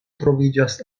troviĝas